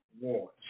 watch